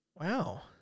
wow